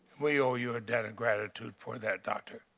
we owe you a debt of gratitude for that, doctor.